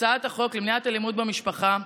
הצעת החוק למניעת אלימות במשפחה (תיקון,